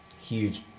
huge